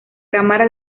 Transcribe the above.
cámara